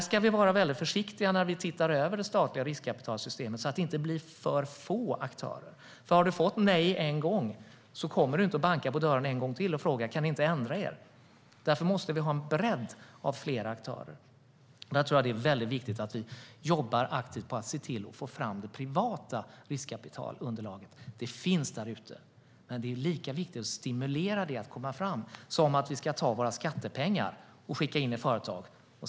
Vi ska vara väldigt försiktiga när vi tittar över det statliga riskkapitalsystemet så att det inte blir alltför få aktörer. Om du har fått nej en gång kommer du inte och bankar på dörren en gång till och frågar om de inte kan ändra sig. Därför måste vi ha en bredd bestående av flera aktörer. Det är viktigt att vi jobbar aktivt för att få fram det privata riskkapitalunderlaget. Det finns där ute. Det är lika viktigt att stimulera det att komma fram som det är att vi tar våra skattepengar och skickar in dem i företag.